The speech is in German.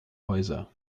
häuser